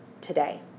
today